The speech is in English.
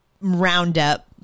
roundup